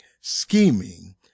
scheming